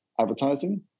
advertising